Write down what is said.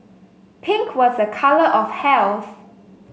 pink was a colour of health